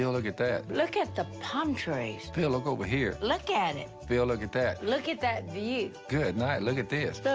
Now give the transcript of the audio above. look at that. look at the palm trees. phil, look over here. look at it. phil, look at that. look at that view. good night, look at this. look,